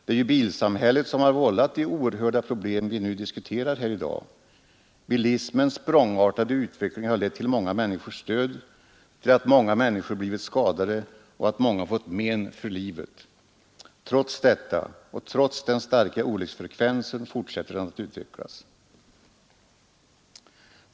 Det är ju bilsamhället som har vållat de oerhörda problem vi diskuterar här i dag. Bilismens språngartade utveckling har lett till många människors död, till att många människor blivit skadade och till att många fått men för livet. Trots detta, trots den höga olycksfrekvensen, fortsätter den att utvecklas.